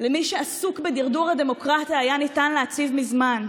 למי שעסוק בדרדור הדמוקרטיה היה ניתן להציב מזמן,